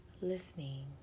Listening